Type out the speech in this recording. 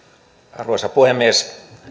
arvoisa puhemies